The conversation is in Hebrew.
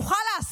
נו, חלאס,